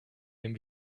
dem